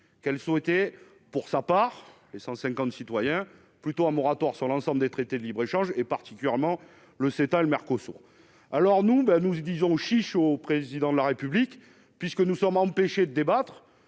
qu'elle souhaitait pour sa part, les 150 citoyens plutôt un moratoire sur l'ensemble des traités de libre-échange, et particulièrement le s'étale Marco alors nous ben nous y disons chiche au président de la République, puisque nous sommes empêchés d'débattre,